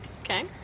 okay